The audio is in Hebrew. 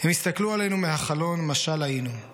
"הם הסתכלו עלינו מהחלון / משל היינו /